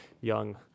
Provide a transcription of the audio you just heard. young